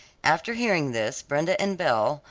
after hearing this brenda and belle,